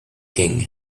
king